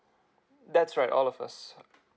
that's right all of us